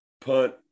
punt